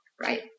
right